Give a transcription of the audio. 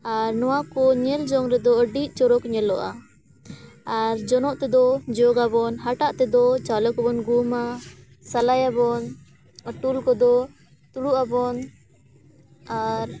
ᱟᱨ ᱱᱚᱣᱟ ᱠᱚ ᱧᱮᱞ ᱡᱚᱝ ᱨᱮᱫᱚ ᱟᱹᱰᱤ ᱪᱚᱨᱚᱠ ᱧᱮᱞᱚᱜᱼᱟ ᱟᱨ ᱡᱚᱱᱚᱜ ᱛᱮᱫᱚ ᱡᱚᱜᱟᱵᱚᱱ ᱦᱟᱴᱟᱜ ᱛᱮᱫᱚ ᱪᱟᱣᱞᱮ ᱠᱚᱵᱚᱱ ᱜᱩᱢᱟ ᱥᱟᱞᱟᱭᱟᱵᱚᱱ ᱟᱨ ᱴᱩᱞ ᱠᱚᱫᱚ ᱫᱩᱲᱩᱵ ᱟᱵᱚᱱ ᱟᱨ